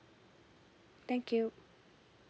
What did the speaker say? thank you